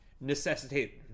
necessitate